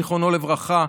זיכרונו לברכה,